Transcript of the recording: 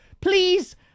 please